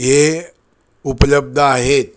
हे उपलब्ध आहेत